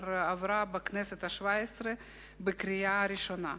אשר עברה בכנסת השבע-עשרה בקריאה ראשונה.